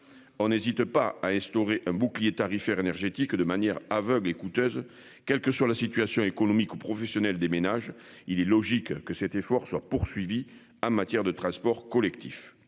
On n'hésite pas à instaurer un bouclier tarifaire énergétique de manière aveugle et coûteuses. Que sur la situation économique aux professionnels des ménages, il est logique que cet effort soit poursuivi en matière de transports collectifs.